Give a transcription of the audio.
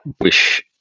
wish